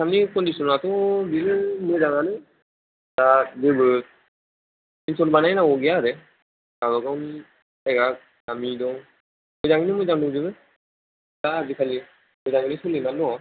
आसामनि कनदिसनाथ' बिनो मोजाङानो दा जोंबो तिबसन बानायनांगौ गैया आरो गावबागावनि जायगा गामि दं मोजाङैनो मोजां दंजोबो दा आजिखालि मोजाङैनो सोलिना दङ